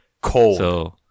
Cold